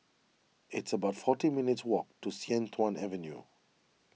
it's about forty minutes' walk to Sian Tuan Avenue